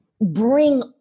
bring